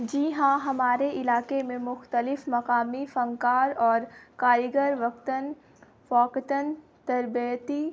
جی ہاں ہمارے علاقے میں مختلف مقامی فنکار اور کاریگر وقتاً فوقتاً تربیتی